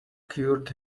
cured